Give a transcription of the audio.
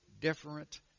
different